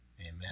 Amen